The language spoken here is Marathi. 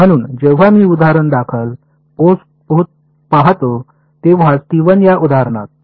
म्हणून जेव्हा मी उदाहरणादाखल पाहतो तेव्हाच या उदाहरणात